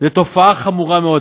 זו תופעה חמורה מאוד.